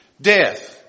Death